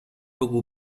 بگو